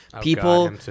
people